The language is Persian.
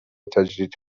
تجدید